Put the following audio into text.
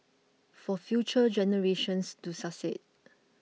for future generations to succeed